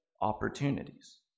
opportunities